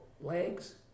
legs